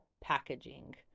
packaging